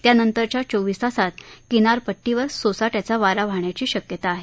त्यानंतरच्या चोवीस तासात किनारपट्टीवर सोसाट्याचा वारा वाहण्याची शक्यता आहे